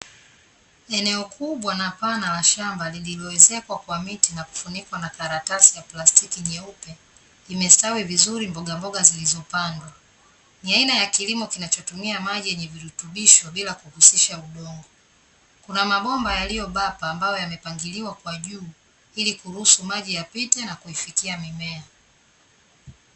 Eneo kubwa na pana la shamba lililoezekwa kwa miti na kufunikwa na karatasi ya plastiki nyeupe, imestawi vizuri mbogamboga zilizopandwa. Ni aina ya kilimo kinachotumia maji yenye virutubisho bila kuhusisha udongo. Kuna mabomba yaliyo bapa, ambayo yamepangiliwa kwa juu ili kuruhusu maji yapite na kuifikia mimea.